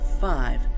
five